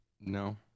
No